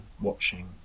watching